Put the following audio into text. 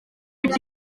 ibyo